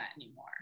anymore